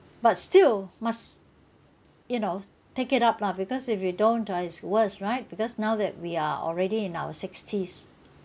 but still must you know take it up lah because if you don't ha it's worst right because now that we are already in our sixties